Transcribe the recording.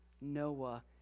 Noah